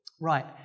Right